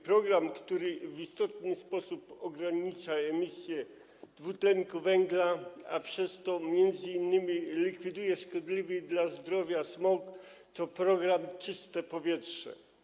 Program, który w istotny sposób ogranicza emisję dwutlenku węgla, a przez to m.in. likwiduje szkodliwy dla zdrowia smog, to program „Czyste powietrze”